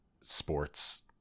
sports